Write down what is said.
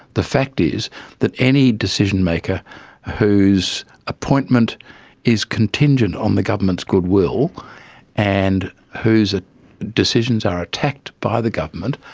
the fact is that any decision-maker whose appointment is contingent on the government's goodwill and whose ah decisions are attacked by the government,